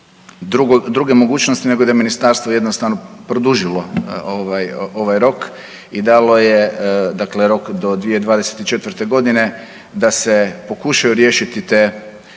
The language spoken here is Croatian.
druge mogućnosti nego da je ministarstvo jednostavno produžilo ovaj, ovaj rok i dalo je dakle rok do 2024.g. da se pokušaju riješiti te